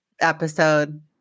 episode